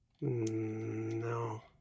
No